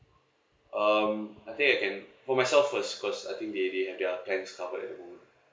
um I think can for myself first because I think they they have they have plans covered at the moment